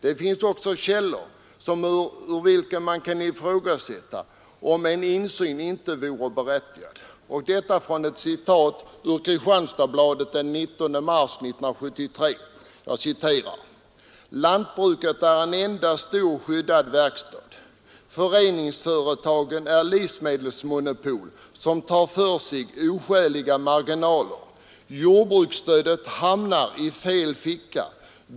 Det finns också källor av vilka man kan dra slutsatsen att det kan ifrågasättas, om en insyn inte vore berättigad, t.ex. detta citat ur Kristianstadsbladet den 19 mars 1973: ”Lantbruket är en enda stor skyddad verkstad. Föreningsföretagen är livsmedelsmonopol som tar för sig oskäliga marginaler. Jordbruksstödet hamnar i fel ficka.